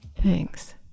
Thanks